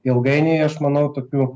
ilgainiui aš manau tokių